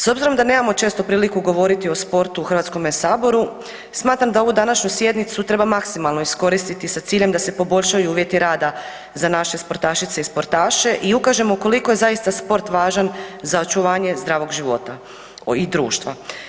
S obzirom da nemamo često priliku govoriti o sportu u HS-u, smatram da ovu današnju sjednicu treba maksimalno iskoristiti sa ciljem da se poboljšaju uvjeti rada za naše sportašice i sportaše i ukažemo koliko je zaista sport važan za očuvanje zdravog života i društva.